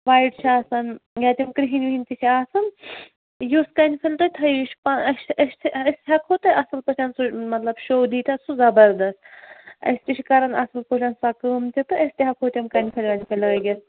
white چھِ آسان یا تِم کِرٛہِنۍ وِہِنۍ تہِ چھِ آسان یُس کَنہِ پھٔلۍ تُہۍ تھٲیِو یہِ چھُ پا أسۍ چھِ أسۍ ہٮ۪کوُ تۄہہِ اَصٕل پٲٹھۍ سُہ مطلب شو دی تَتھ سُہ زبردس أسۍ تہِ چھِ کَران اَصٕل پٲٹھۍ سۄ کٲم تہِ تہٕ أسۍ تہِ ہٮ۪کوہو تِم کَنہِ پھٔلۍ وَنہِ پھٔلۍ لٲگِتھ